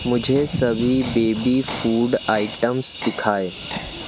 मुझे सभी baby food items दिखाएँ